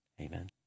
Amen